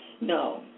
No